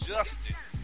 Justice